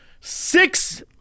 six